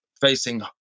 facing